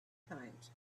times